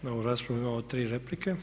Na ovu raspravu imamo tri replike.